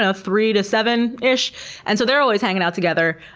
ah three to seven-ish. and so they're always hanging out together.